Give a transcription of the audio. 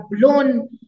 blown